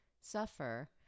suffer